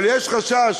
אבל יש חשש,